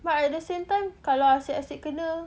but at the same time kalau asyik asyik kena